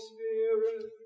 Spirit